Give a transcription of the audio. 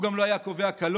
הוא גם לא היה קובע קלון.